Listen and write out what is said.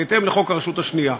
בהתאם לחוק הרשות השנייה.